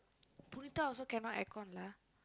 Punitha also cannot aircon lah